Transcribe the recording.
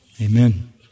Amen